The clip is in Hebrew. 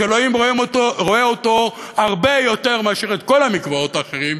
שאלוהים רואה אותו הרבה יותר מאשר את כל המקוואות האחרים,